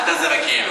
אל תעשה בכאילו.